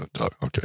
Okay